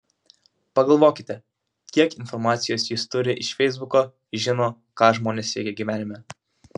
pagalvokite kiek informacijos jis turi iš feisbuko žino ką žmonės veikia gyvenime